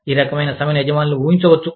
ఈ రకమైన సమ్మెను యజమానులు ఊహించవచ్చు